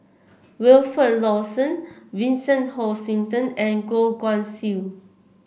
Wilfed Lawson Vincent Hoisington and Goh Guan Siew